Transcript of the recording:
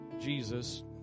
Jesus